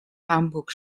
hamburg